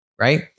right